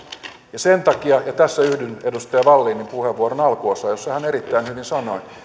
ja sen takia ja tässä yhdyn edustaja wallinin puheenvuoron alkuosaan jossa hän tämän erittäin hyvin sanoi